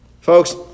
Folks